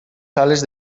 sales